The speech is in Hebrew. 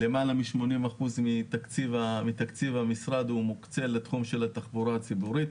למעלה מ-80% מתקציב המשרד מוקצה לתחום של התחבורה הציבורית.